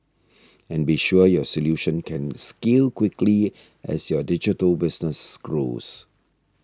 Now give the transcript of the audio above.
and be sure your solution can scale quickly as your digital business grows